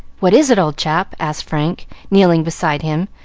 what is it, old chap? asked frank, kneeling beside him,